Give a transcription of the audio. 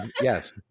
Yes